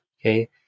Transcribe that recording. Okay